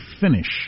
Finish